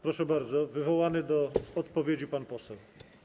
Proszę bardzo, wywołany do odpowiedzi pan poseł.